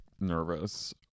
nervous